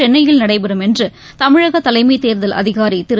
சென்னையில் நடைபெறும் என்று தமிழக தலைமை தேர்தல் அதிகாரி திரு